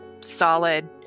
solid